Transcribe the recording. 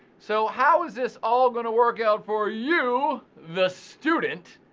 so how is this all going to work out for, you the student,